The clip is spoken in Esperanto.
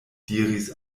diris